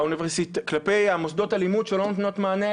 כלפי מוסדות הלימוד שלא נותנים מענה.